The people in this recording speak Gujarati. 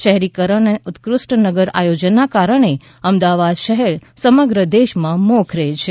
શહેરીકરણ અને ઉત્કૃષ્ઠ નગર આયોજનના કારણે અમદાવાદ શહેર સમગ્ર દેશમાં મોખરે છે